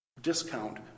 discount